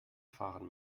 fahren